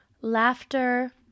laughter